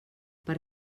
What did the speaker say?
per